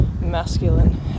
masculine